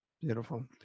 Beautiful